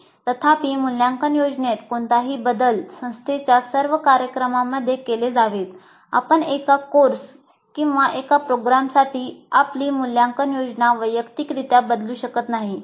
' तथापि मूल्यांकन योजनेत कोणतेही बदल संस्थेच्या सर्व कार्यक्रमांमध्ये केले जावेत आपण एका कोर्स किंवा एका प्रोग्रामसाठी आपली मूल्यांकन योजना वैयक्तिकरित्या बदलू शकत नाही